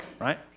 right